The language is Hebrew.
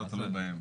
מעיין?